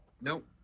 Nope